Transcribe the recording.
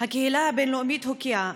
"הקהילה הבין-לאומית הוקיעה,